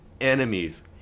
enemies